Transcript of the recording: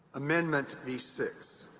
amendment b six,